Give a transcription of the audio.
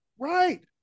Right